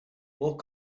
more